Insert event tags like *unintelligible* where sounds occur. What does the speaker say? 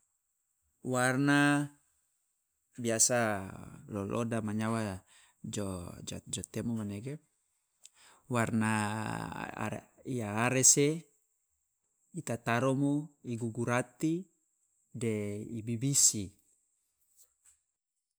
Warna biasa loloda manyawa jo jo temo manege warna *unintelligible* ya arese, i tataromo, i gugurati, de i bibisi.